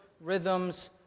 rhythms